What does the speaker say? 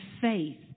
faith